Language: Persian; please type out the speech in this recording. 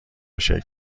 شکل